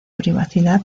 privacidad